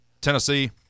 Tennessee